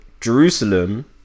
Jerusalem